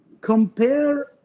compare